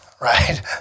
Right